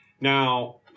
Now